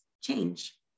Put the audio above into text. change